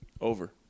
Over